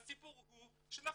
והסיפור הוא שנכון,